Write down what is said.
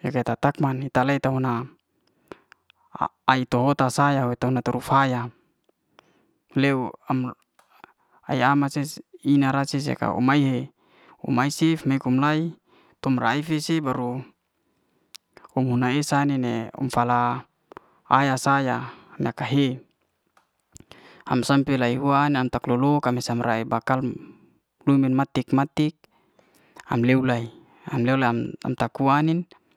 ya ke ta-tak man ita le tahu'na ai to hota sai na tura faya leu am ay ama cef ina racis ko o'mae he om ai cef ne kom lay tu rai'fe cef baru um huna es ai'nin ne om fala ayah sa ya na ka he am sampe lay huan am tak lo'loh kamis'an bakal lumin matik-matik am leu lay. am ley lai am tek kua ai'nin.